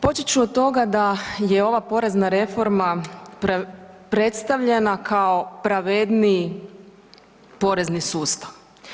Počet ću od toga da je ova porezna reforma predstavljena kao pravedniji porezni sustav.